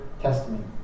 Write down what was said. Testament